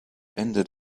ended